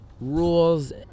rules